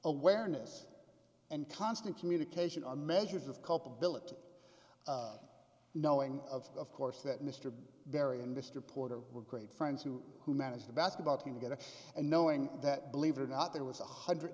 awareness and constant communication are measures of culpability knowing of course that mr barry and mr porter were great friends who who managed the basketball team to get it and knowing that believe it or not there was one hundred